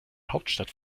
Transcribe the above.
hauptstadt